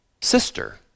sister